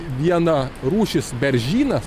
viena rūšis beržynas